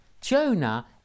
Jonah